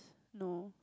no